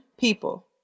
people